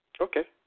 Okay